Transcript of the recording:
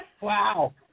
Wow